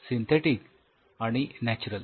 synthetic आणि natural